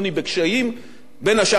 בין השאר בגלל תחרות באינטרנט,